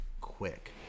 quick